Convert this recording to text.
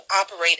operate